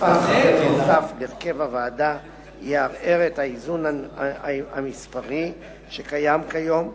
הוספת חבר נוסף להרכב הוועדה יערער את האיזון המספרי שקיים כיום,